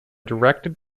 directed